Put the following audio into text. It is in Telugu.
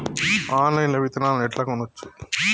ఆన్లైన్ లా విత్తనాలను ఎట్లా కొనచ్చు?